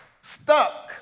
stuck